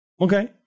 Okay